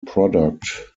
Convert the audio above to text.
product